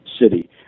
city